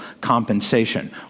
compensation